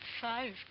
Five